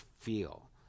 feel